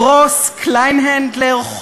גרוס, קלינהנדלר, חודק,